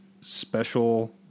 Special